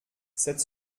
sept